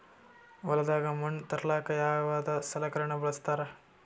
ಹೊಲದಾಗ ಮಣ್ ತರಲಾಕ ಯಾವದ ಸಲಕರಣ ಬಳಸತಾರ?